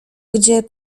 gdzie